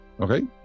okay